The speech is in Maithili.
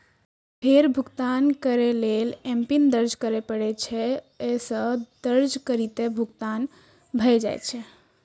फेर भुगतान करै लेल एमपिन दर्ज करय पड़ै छै, आ से दर्ज करिते भुगतान भए जाइ छै